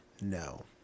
No